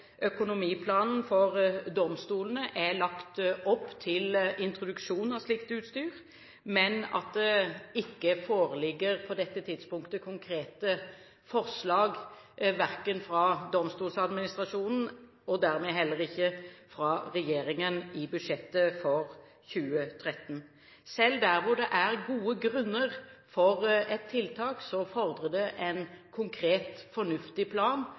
økonomiplanen for domstolene er lagt opp til introduksjon av slikt utstyr, men at det på dette tidspunktet ikke foreligger konkrete forslag i budsjettet fra Domstoladministrasjonen og dermed heller ikke fra regjeringen for 2013. Selv der hvor det er gode grunner for et tiltak, fordrer det en konkret, fornuftig plan